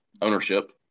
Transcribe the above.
ownership